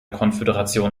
konföderation